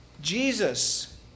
Jesus